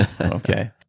Okay